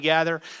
together